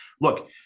Look